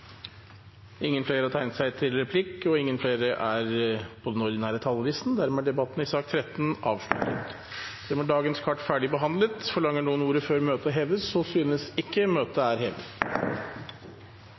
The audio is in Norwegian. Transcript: er omme. Flere har ikke bedt om ordet til sak nr. 13. Dermed er dagens kart ferdigbehandlet. Forlanger noen ordet før møtet heves? Så synes ikke. – Møtet